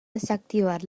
desactivar